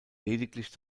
lediglich